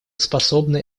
способны